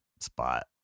spot